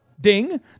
Ding